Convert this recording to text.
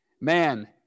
man